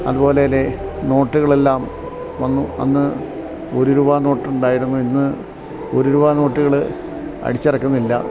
അതുപോലെ നോട്ടുകളെല്ലാം വന്നു അന്ന് ഒരു രൂപ നോട്ടുണ്ടായിരുന്നു ഇന്ന് ഒരു രൂപ നോട്ടുകള് അടിച്ചിറക്കുന്നില്ല